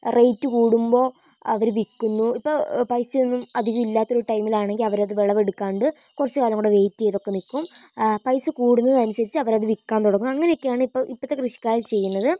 rate കൂടുമ്പോൾ അവര് വില്ക്കുന്നു ഇപ്പം പൈസയൊന്നും അധികം ഇല്ലാത്ത ഒരു ടൈമിലാണെങ്കിൽ അവരത് വിളവെടുക്കാണ്ട് കുറച്ച് കാലം കൂടെ വെയിറ്റ് ചെയ്തൊക്കെ നിൽക്കും ആ പൈസ കൂടുന്നതനുസരിച്ച് അവരത് വിക്കാൻ തുടങ്ങും അങ്ങിനെയൊക്കെയാണിപ്പം ഇപ്പോഴത്തെ കൃഷിക്കാരൊക്കെ ചെയ്യുന്നത്